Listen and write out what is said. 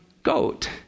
goat